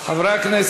רויטל סויד,